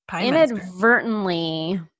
inadvertently